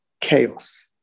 chaos